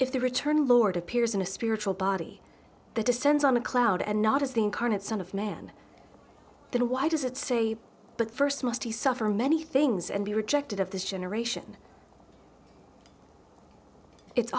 if the return lord appears in a spiritual body that descends on a cloud and not as the incarnate son of man then why does it say but first must he suffer many things and be rejected of this generation it's